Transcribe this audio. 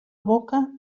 boca